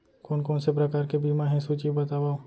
कोन कोन से प्रकार के बीमा हे सूची बतावव?